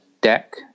deck